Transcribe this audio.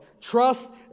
Trust